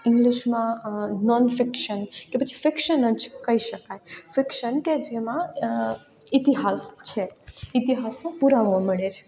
ઇંગ્લિશમાં non fiction કે fiction જ કહી શકાય ફિકશન કે જેમાં ઇતિહાસ છે ઇતિહાસનો પુરાવો મળે છે